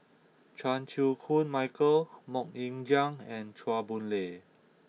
Chan Chew Koon Michael Mok Ying Jang and Chua Boon Lay